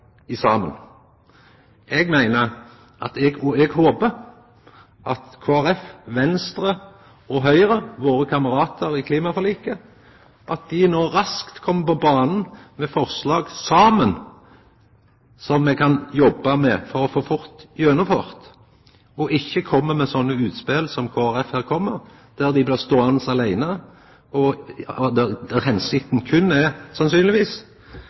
Eg håpar at Kristeleg Folkeparti, Venstre og Høgre, våre kameratar i klimaforliket, raskt kjem på banen med forslag – saman – som me kan jobba med og få gjennomført fort. Eg håpar at dei ikkje kjem med slike utspel som Kristeleg Folkeparti her kjem med, der ein blir ståande åleine og føremålet sannsynlegvis berre er